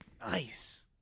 Nice